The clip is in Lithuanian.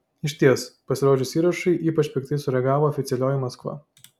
išties pasirodžius įrašui ypač piktai sureagavo oficialioji maskva